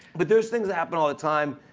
but there's things that happen all the time,